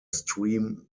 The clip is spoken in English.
stream